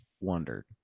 wondered